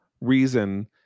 reason